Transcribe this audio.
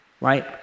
right